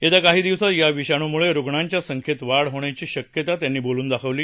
येत्या काही दिवसात या विषाणूमुळे रुग्णयांच्या संख्येत वाढ होण्याची सह्क्यता त्यांनी बोलून दाखवली